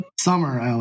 summer